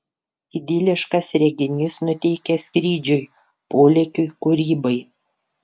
idiliškas reginys nuteikia skrydžiui polėkiui kūrybai